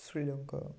Sri Lanka